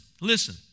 listen